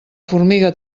formiga